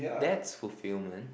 that's fulfilment